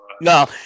No